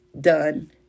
done